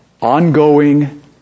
ongoing